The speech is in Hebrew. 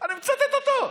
אני מצטט אותו.